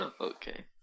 okay